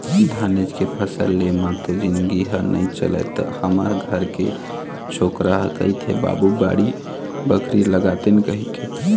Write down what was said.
धानेच के फसल ले म तो जिनगी ह नइ चलय त हमर घर के छोकरा कहिथे बाबू बाड़ी बखरी लगातेन कहिके